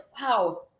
wow